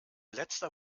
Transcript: letzter